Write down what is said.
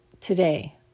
today